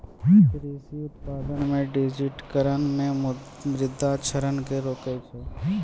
कृषि उत्पादन मे डिजिटिकरण मे मृदा क्षरण के रोकै छै